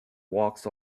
walks